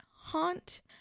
haunt